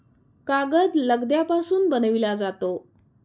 कागद लगद्यापासून बनविला जातो